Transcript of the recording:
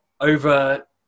over